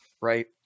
right